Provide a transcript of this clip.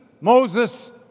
Moses